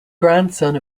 grandson